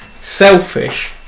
Selfish